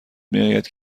میآید